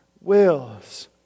wills